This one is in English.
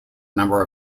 number